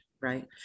right